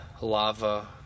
lava